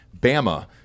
Bama